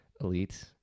Elite